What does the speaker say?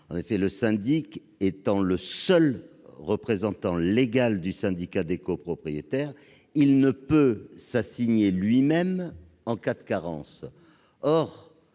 Le syndic étant le seul représentant légal du syndicat des copropriétaires, il ne peut s'assigner lui-même en cas de carence.